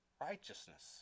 Righteousness